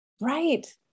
Right